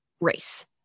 race